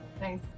Nice